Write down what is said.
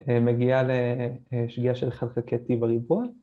‫מגיעה לשגיאה של אחד חלקי T בריבוע.